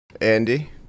Andy